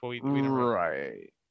Right